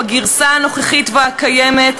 בגרסה הנוכחית והקיימת,